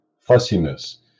fussiness